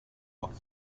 worked